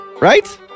Right